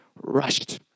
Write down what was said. rushed